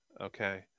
okay